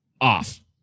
off